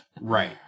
right